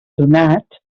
donat